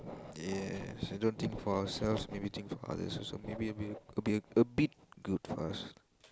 yes think for ourselves maybe think for others also maybe be a bit good for us